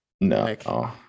No